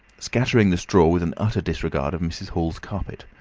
scattering the straw with an utter disregard of mrs. hall's carpet.